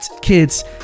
kids